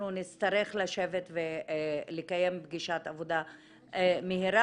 אנחנו נצטרך לשבת ולקיים פגישת עבודה מהירה.